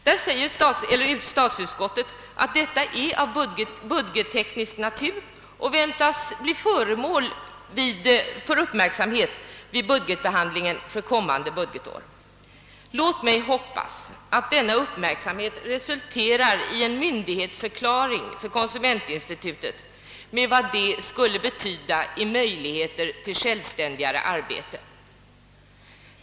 Statsutskottet skriver därom: »Enligt vad utskottet inhämtat kan berörda spörsmål, som innefattar vissa problem av budgetteknisk natur, väntas bli föremål för uppmärksamhet i samband med budgetbehandlingen för kommande budgetår.» Låt mig hoppas att denna uppmärksamhet resulterar i en myndighetsförklaring för konsumentinstitutet med därav följande möjligheter till självständigare arbete.